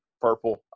Purple